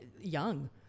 young